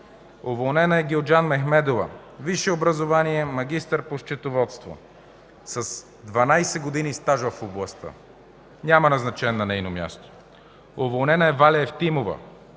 Уволнена е Гюлджан Мехмедова. Висше образование, магистър по счетоводство с 12 години стаж в областта. Няма назначен на нейно място. Уволнена е Валя Евтимова.